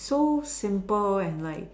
so simple and like